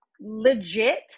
legit